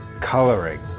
coloring